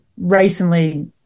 recently